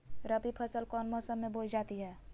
रबी फसल कौन मौसम में बोई जाती है?